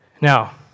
Now